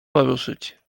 poruszyć